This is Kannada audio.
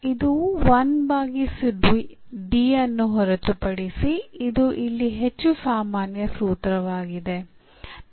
ಇದು 1 ಭಾಗಿಸು D ಅನ್ನು ಹೊರತುಪಡಿಸಿ ಇದು ಇಲ್ಲಿ ಹೆಚ್ಚು ಸಾಮಾನ್ಯ ಸೂತ್ರವಾಗಿದೆ